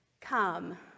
come